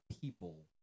people